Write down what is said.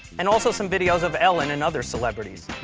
and also some videos of ellen and other celebrities,